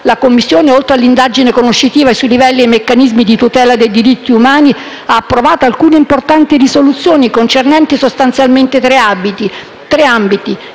la Commissione, oltre all'indagine conoscitiva sui livelli e sui meccanismi di tutela dei diritti umani, ha approvato alcune importanti risoluzioni concernenti, sostanzialmente, tre ambiti: